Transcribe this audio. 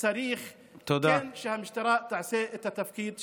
כן צריך שהמשטרה תעשה את התפקיד שלה.